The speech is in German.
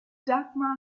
dagmar